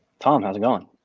tom, how's it going?